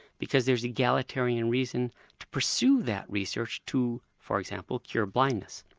because there's egalitarian reason to pursue that research to for example, cure blindness.